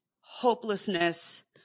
hopelessness